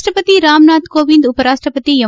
ರಾಷ್ಸಪತಿ ರಾಮನಾಥ್ ಕೋವಿಂದ್ ಉಪರಾಷ್ಷಪತಿ ಎಂ